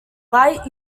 light